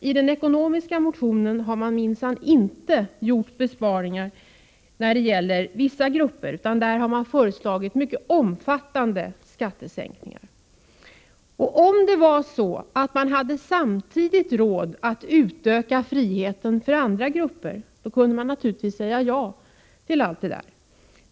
I den ekonomiska motionen har man minsann inte gjort besparingar för vissa grupper, utan för dem har man föreslagit mycket omfattande skattesänkningar. Om vi samtidigt hade råd att utöka friheten för andra grupper, då kunde vi naturligtvis säga ja till allt detta.